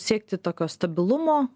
siekti tokio stabilumo